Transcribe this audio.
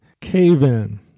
cave-in